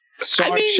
sorry